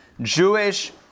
Jewish